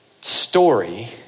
story